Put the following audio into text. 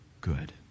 good